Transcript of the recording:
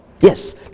Yes